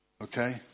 okay